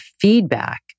feedback